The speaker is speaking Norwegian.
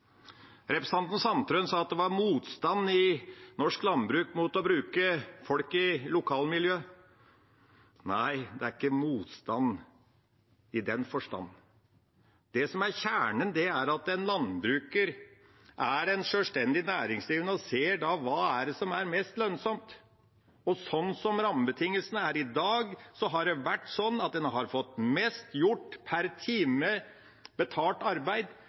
Representanten Sandtrøen sa det var motstand i norsk landbruk mot å bruke folk i lokalmiljøet. Nei, det er ikke motstand i den forstand. Det som er kjernen, er at en landbruker er en sjølstendig næringsdrivende og ser på hva som er mest lønnsomt. Sånn som rammebetingelsene er i dag, har en fått mest gjort per time betalt arbeid